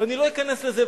ואני לא אכנס לזה,